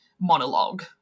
monologue